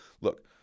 look